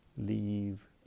leave